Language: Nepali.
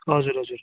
हजुर हजुर